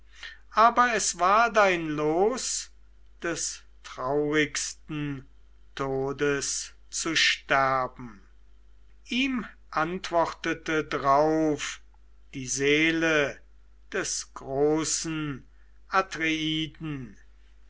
aber es war dein los des traurigsten todes zu sterben ihm antwortete drauf die seele des großen